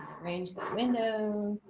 arrange that window.